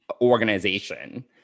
organization